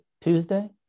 Tuesday